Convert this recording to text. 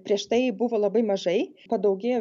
prieš tai buvo labai mažai padaugėjo